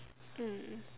mm